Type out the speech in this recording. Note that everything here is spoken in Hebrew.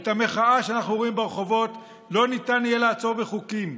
את המחאה שאנחנו רואים ברחובות לא ניתן יהיה לעצור בחוקים.